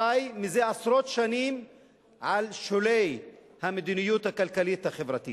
חי מזה עשרות שנים על שולי המדיניות הכלכלית-החברתית,